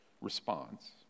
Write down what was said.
response